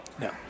No